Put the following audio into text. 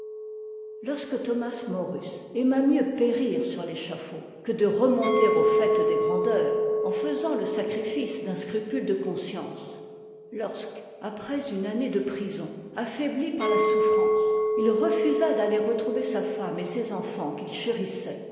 lorsque thomas morus aima mieux périr sur t'échafaud que de remonter au faîte des grandeurs en faisant le sacrifice d'un scrupule de conscience lorsque après une année de prison affaibli par la souffrance il refusa d'aller retrouver sa femme et ses enfants qu'il chérissait